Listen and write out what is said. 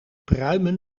pruimen